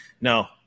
no